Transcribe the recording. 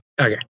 Okay